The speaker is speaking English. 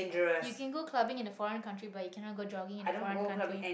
you can go clubbing in a foreign country but you cannot go jogging in a foreign country